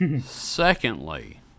Secondly